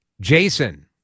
Jason